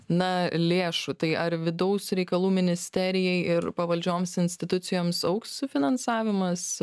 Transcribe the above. na lėšų tai ar vidaus reikalų ministerijai ir pavaldžioms institucijoms augs finansavimas